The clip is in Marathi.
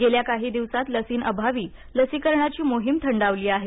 गेल्या काही दिवसांत लसींअभावी लसीकरणाची मोहीम थंडावली आहे